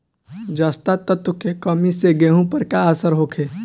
जस्ता तत्व के कमी से गेंहू पर का असर होखे?